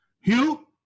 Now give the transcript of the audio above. Hugh